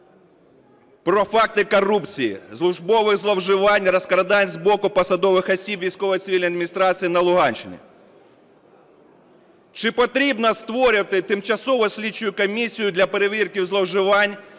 про факти корупції, службових зловживань, розкрадань з боку посадових осіб військово-цивільної адміністрації на Луганщині. Чи потрібно створювати тимчасову слідчу комісію для перевірки зловживань